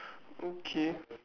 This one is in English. okay